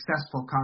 successful